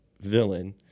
villain